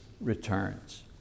returns